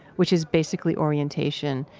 which is basically orientation,